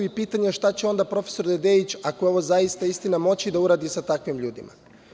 Pitanje je šta će onda profesor Dedeić, ako je ovo zaista istina, moći da uradi sa takvim ljudima?